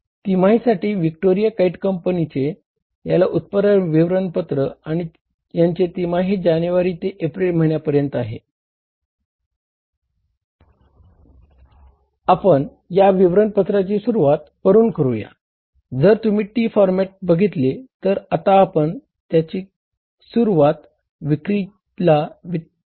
तिमाहीसाठी Victoria kite कंपनीचे लिहायची गरज नाही